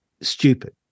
stupid